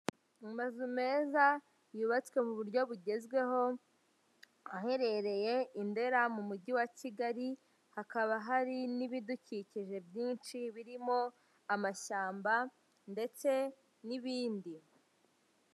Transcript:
Amazu meza yubatswe mu buryo bugezweho aherereye i Ndera mu mujyi wa Kigali, hakaba hari n'ibidukikije byinshi birimo amashyamba ndetse n'ibindi.